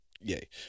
yay